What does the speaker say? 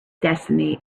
destiny